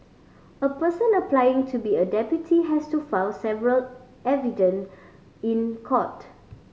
a person applying to be a deputy has to file several affidavit in court